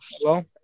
Hello